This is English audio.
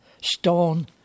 stone